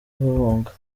bahunga